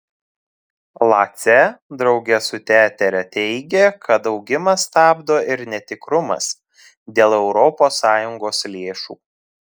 lace drauge su tetere teigė kad augimą stabdo ir netikrumas dėl europos sąjungos lėšų